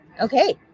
okay